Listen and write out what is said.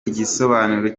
igisobanuro